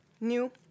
New